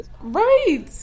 Right